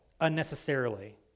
unnecessarily